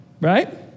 Right